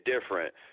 different